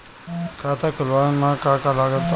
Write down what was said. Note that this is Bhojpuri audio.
खाता खुलावे मे का का लागत बा?